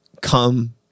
come